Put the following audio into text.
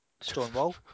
Stonewall